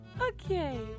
Okay